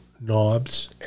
knobs